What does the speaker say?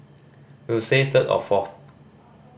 we will say third or fourth